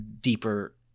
deeper